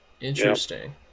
Interesting